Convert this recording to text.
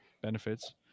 benefits